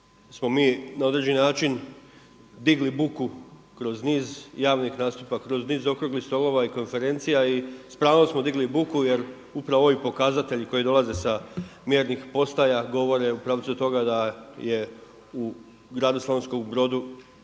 smo mi na određeni način digli buku kroz niz javnih nastupa, kroz niz okruglih stolova i konferencija i s pravom smo digli buku jer upravo ovi pokazatelji koji dolaze sa mjernih postaja govore u pravcu toga da je u gradu Slavonskom Brodu